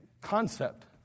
concept